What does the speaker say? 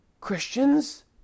Christians